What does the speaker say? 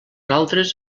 altres